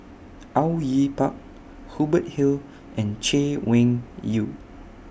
Au Yue Pak Hubert Hill and Chay Weng Yew